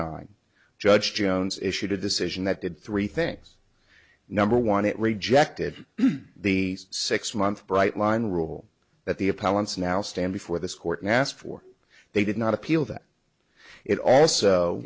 nine judge jones issued a decision that did three things number one it rejected the six month bright line rule that the appellant's now stand before this court and ask for they did not appeal that it also